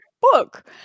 book